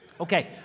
okay